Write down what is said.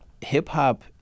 hip-hop